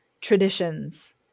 traditions